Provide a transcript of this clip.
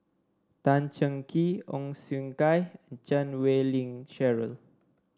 Tan Cheng Kee Ong Siong Kai and Chan Wei Ling Cheryl